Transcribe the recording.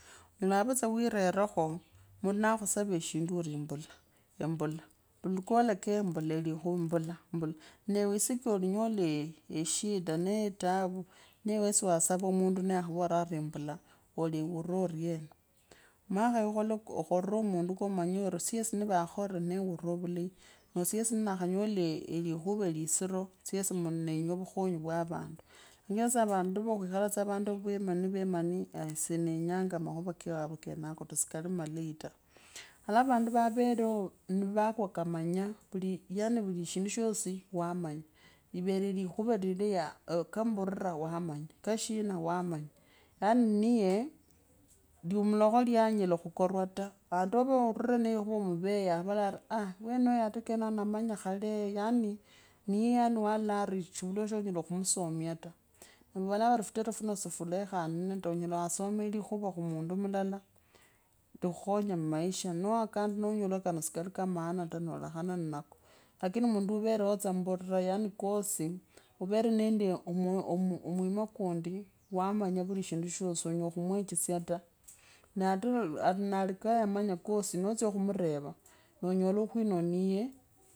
Unoo avetsa wirereko mundu na khusava shindu ori imbula imbula. endi kolakaya ori imbula. embula nee ewe isiku yolinyola eshida nee taavu nee wesi was ava muundu nee okhuvoore ori embula aliwuura omena. maa kenye khore muundu no manyoori syesyi ninakhanyola elikhuva liisiro, syesi nenya ovukhonyi vwa vandu nii vandu voo khwikhala muvandu veemani vemani sinenyanga makhuva ke wavo vuli, yani vulishindwa shosi wamanya ivere likuva lilei wa kambura wamanya kashina wamanya yani muye livulakho iyanyela khukorwa ta ata ove narure ne likhuva muveya. alavalori aah wenatanamanyo khalee yaani niyewalo lari shivula shonyele wa musomia ta vavolaaveri furere funo sifulekhanee ta onyela wasoma likhuva khumundu mulala likhukhonye mmaisho. noo khandi nanyola khano sikali kamaana ta noo lekhana nnako, lakini mundu uvereo tsambuurira ya kosi uverenende omu omwima kundi waamanya vulishindu shosi shonyela khumuwechesya ta, nee ata nalikayemanya kosi notsya khumureva nonyola uklowive.